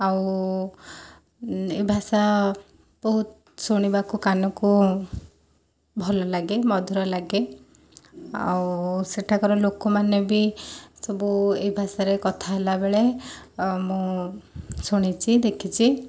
ଆଉ ଏ ଭାଷା ବହୁତ ଶୁଣିବାକୁ କାନକୁ ଭଲଲାଗେ ମଧୁର ଲାଗେ ଆଉ ସେଠାକାର ଲୋକମାନେ ବି ସବୁ ଏଇ ଭାଷାରେ କଥାହେଲାବେଳେ ମୁଁ ଶୁଣିଛି ଦେଖିଛି